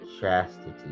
chastity